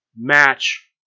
Match